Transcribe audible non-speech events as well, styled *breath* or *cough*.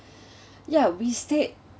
*breath* yeah we stayed